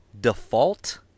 Default